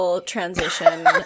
transition